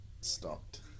stopped